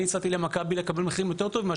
אני הצעתי למכבי לקבל מחירים יותר טובים ממה